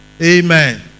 Amen